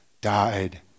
died